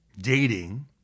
dating